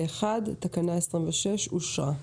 פה-אחד, תקנה 26 אושרה.